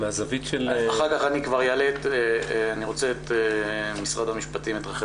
מהרבה